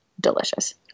delicious